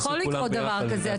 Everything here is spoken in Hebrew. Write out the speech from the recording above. יכול לקרות דבר כזה.